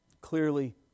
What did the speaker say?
Clearly